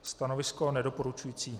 Stanovisko nedoporučující.